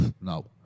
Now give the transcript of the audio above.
no